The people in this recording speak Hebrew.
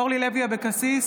אורלי לוי אבקסיס,